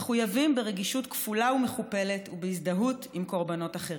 מחויבים ברגישות כפולה ומכופלת ובהזדהות עם קרבנות אחרים.